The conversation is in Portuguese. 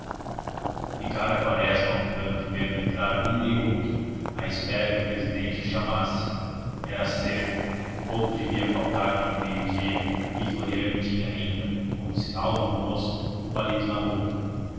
quaresma a um canto vendo entrar um e outro à espera que o presidente o chamasse era cedo pouco devia faltar para o meio-dia e floriano tinha ainda como sinal do almoço o palito na boca